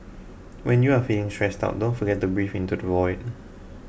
when you are feeling stressed out don't forget to breathe into the void